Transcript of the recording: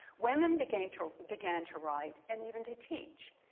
women began to began to write and even to teach.